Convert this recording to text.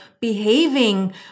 behaving